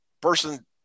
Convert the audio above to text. person